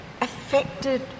affected